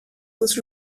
was